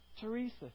Teresa